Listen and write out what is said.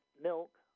milk